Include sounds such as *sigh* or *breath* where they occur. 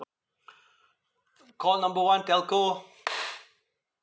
*breath* call number one telco